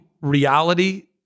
reality